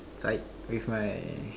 like with my